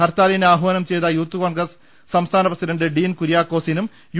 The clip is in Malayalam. ഹർത്താലിന് ആഹാനം ചെയ്ത യൂത്ത് കോൺഗ്രസ് സംസ്ഥാന പ്രസിഡന്റ് ഡീൻ കുര്യാക്കോസിനും യു